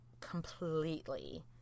completely